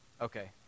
Okay